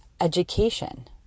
education